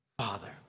Father